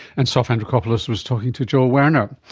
and sof andrikopoulos was talking to joel werner.